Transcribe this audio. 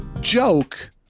joke